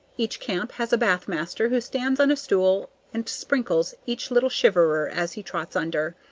each camp has a bath master who stands on a stool and sprinkles each little shiverer as he trots under.